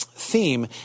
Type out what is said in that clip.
theme